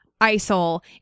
ISIL